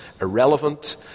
Irrelevant